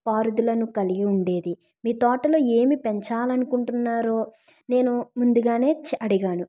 పారుదలను కలిగి ఉండేది మీ తోటలో ఏమి పెంచాలనుకుంటున్నారో నేను ముందుగానే చే అడిగాను